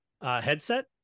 Headset